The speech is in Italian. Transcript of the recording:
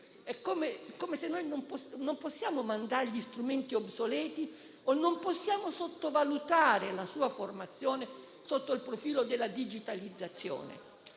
generazione. Non possiamo utilizzare strumenti obsoleti e non possiamo sottovalutare la sua formazione sotto il profilo della digitalizzazione.